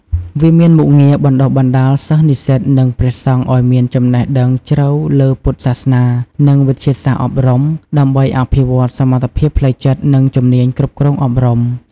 វាមានមុខងារបណ្តុះបណ្តាលសិស្សនិស្សិត និងព្រះសង្ឃឲ្យមានចំណេះដឹងជ្រៅលើពុទ្ធសាសនា និងវិទ្យាសាស្ត្រអប់រំ ដើម្បីអភិវឌ្ឍសមត្ថភាពផ្លូវចិត្ត និងជំនាញគ្រប់គ្រងអប់រំ។